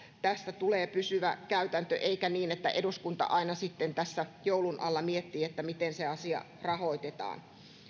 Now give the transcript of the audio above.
tästä tulee pysyvä käytäntö eikä olisi niin että eduskunta aina sitten tässä joulun alla miettii miten se asia rahoitetaan